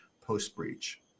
post-breach